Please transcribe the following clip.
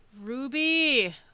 Ruby